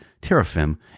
teraphim